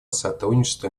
сотрудничество